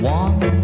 one